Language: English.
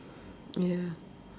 ya